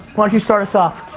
why don't you start us off.